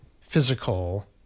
physical